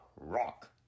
Rock